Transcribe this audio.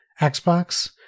Xbox